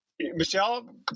Michelle